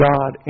God